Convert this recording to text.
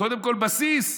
קודם כול, בסיס.